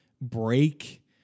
break